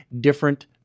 different